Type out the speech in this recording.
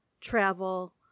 travel